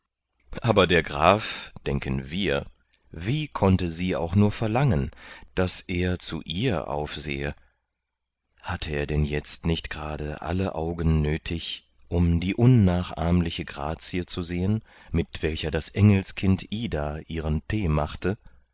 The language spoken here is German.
aber der graf denken wir wie konnte sie auch nur verlangen daß er zu ihr aufsehe hatte er denn jetzt nicht gerade alle augen nötig um die unnachahmliche grazie zu sehen mit welcher das engelskind ida ihren tee machte